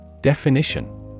Definition